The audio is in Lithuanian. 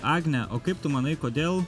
agne o kaip tu manai kodėl